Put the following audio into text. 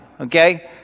okay